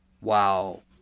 Wow